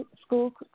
School